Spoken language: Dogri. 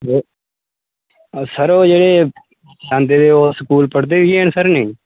सर एह् स्कूल पढ़दे बी है'न जां नेईं